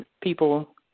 people